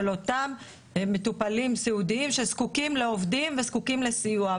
של אותם מטופלים סיעודיים שזקוקים לעובדים וזקוקים לסיוע.